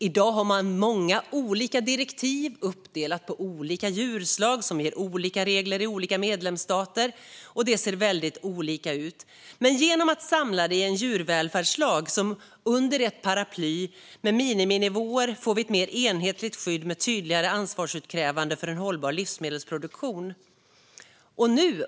I dag har man många olika direktiv uppdelat på olika djurslag som ger olika regler i olika medlemsstater. Det ser alltså väldigt olika ut. Genom att samla det i en djurvälfärdslag under ett paraply med miniminivåer får vi ett mer enhetligt skydd med tydligare ansvarsutkrävande för en hållbar livsmedelsproduktion.